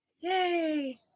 Yay